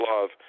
love